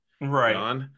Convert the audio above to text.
right